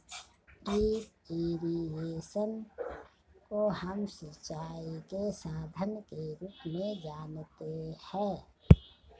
drip irrigation को हम सिंचाई के साधन के रूप में जानते है